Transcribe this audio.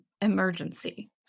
emergency